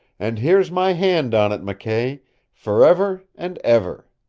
and here's my hand on it, mckay forever and ever!